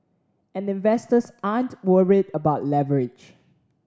and investors aren't worried about leverage